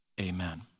amen